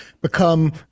become